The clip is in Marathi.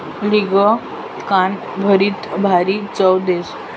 गिलकानं भरीत भारी चव देस